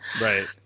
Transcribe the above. Right